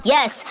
Yes